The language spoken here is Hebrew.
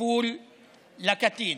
טיפול לקטין.